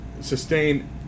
sustain